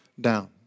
down